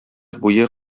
буе